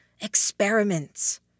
Experiments